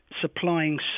supplying